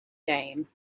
dame